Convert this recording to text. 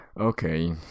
Okay